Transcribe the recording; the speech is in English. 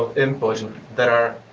import that are,